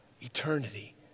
eternity